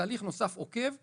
תהליך נוסף עוקב שילווה.